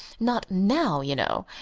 not now, you know.